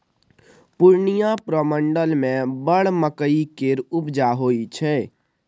पूर्णियाँ प्रमंडल मे बड़ मकइ केर उपजा होइ छै